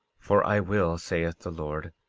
for i will, saith the lord,